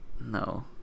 No